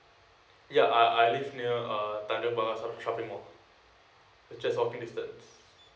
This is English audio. ya uh I live near uh tanjong pagar shop shopping mall it just walking distance